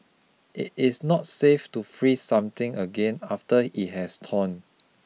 it is not safe to freeze something again after it has thawed